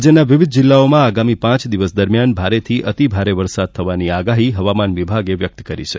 રાજ્યના વિવિધ જિલ્લાઓમાં આગામી પાંચ દિવસ દરમિયાન ભારેથી અતિભારે વરસાદ થવાની આગાહી હવામાન વિભાગે વ્યક્ત કરી છે